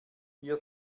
wir